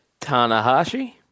Tanahashi